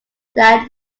than